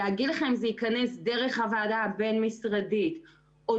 להגיד לך אם זה ייכנס דרך הוועדה הבין-משרדית או